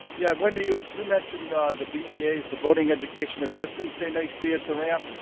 yeah, wendy you ah you mentioned ah the beas, the boating education assistants they may see at the ramp.